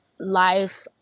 life